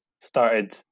started